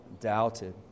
doubted